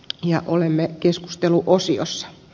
ja olemme keskustelu kosios